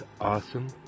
awesome